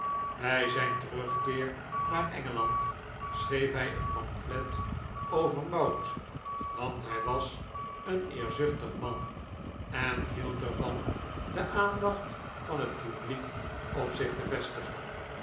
bij zijn terugkeer naar engeland schreef hij een pamflet over mout want hij was een eerzuchtig man en hield er van de aandacht van het publiek op zich te vestigen